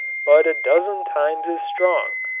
but a dozen times as strong,